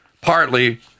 partly